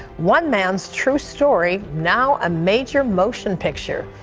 one man's true story, now a major motion picture.